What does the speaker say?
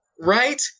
Right